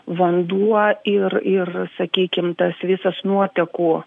vanduo ir ir sakykim tas visas nuotekų